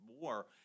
more